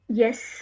Yes